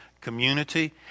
community